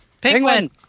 penguin